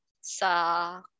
sa